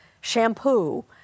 Shampoo